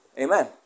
Amen